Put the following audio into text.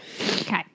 Okay